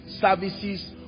services